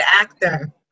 Actor